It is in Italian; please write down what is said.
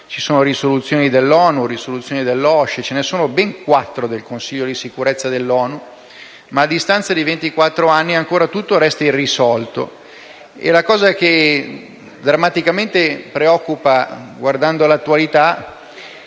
Ci sono risoluzioni dell'ONU e dell'OSCE (ce ne sono ben quattro del Consiglio di sicurezza dell'ONU), ma, a distanza di ventiquattro anni, ancora tutto resta irrisolto. L'aspetto che drammaticamente preoccupa, guardando l'attualità,